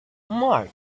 marc